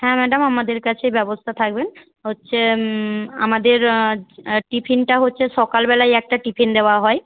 হ্যাঁ ম্যাডাম আমাদের কাছে ব্যবস্থা থাকবেন হচ্ছে আমাদের টিফিনটা হচ্ছে সকালবেলায় একটা টিফিন দেওয়া হয়